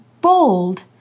bold